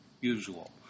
usual